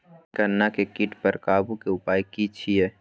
गन्ना के कीट पर काबू के उपाय की छिये?